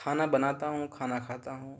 کھانا بناتا ہوں کھانا کھاتا ہوں